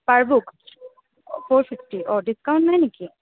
per book for fifty অঁ discount নাই নেকি